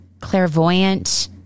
clairvoyant